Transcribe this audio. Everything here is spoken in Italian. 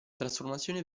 trasformazione